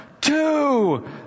two